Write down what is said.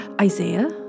Isaiah